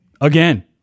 again